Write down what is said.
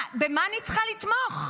במה אני צריכה לתמוך?